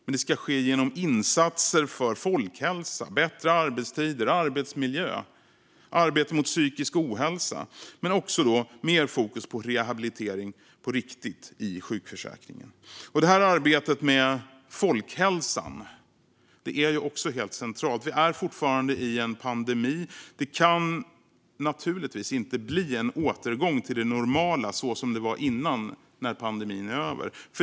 Men det ska ske genom insatser för folkhälsa, bättre arbetstider, arbetsmiljö och genom arbete mot psykisk ohälsa. Men det ska också vara mer fokus på rehabilitering, på riktigt, i sjukförsäkringen. Det här arbetet med folkhälsan är ju helt centralt. Vi är fortfarande i en pandemi. Det kan naturligtvis inte bli en återgång till det normala så som det var innan när pandemin är över.